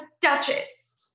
duchess